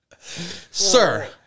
Sir